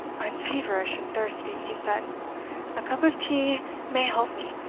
i'm feverish and thirsty, he said a cup of tea may help me.